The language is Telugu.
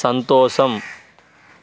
సంతోషం